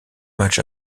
matchs